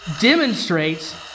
demonstrates